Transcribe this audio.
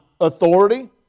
authority